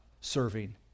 serving